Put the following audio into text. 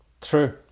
True